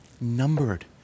numbered